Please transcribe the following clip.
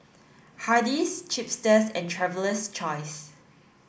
Hardy's Chipster and Traveler's Choice